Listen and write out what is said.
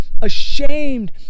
ashamed